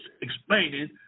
explaining